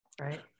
Right